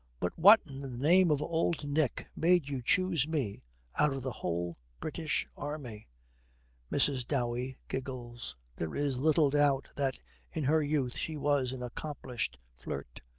but what in the name of old nick made you choose me out of the whole british army mrs. dowey giggles. there is little doubt that in her youth she was an accomplished flirt.